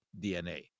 DNA